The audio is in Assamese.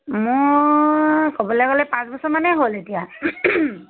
মোৰ ক'বলৈ গ'লে পাঁচ বছৰমানেই হ'ল এতিয়া